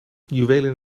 juwelen